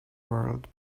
world